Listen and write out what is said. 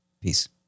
Peace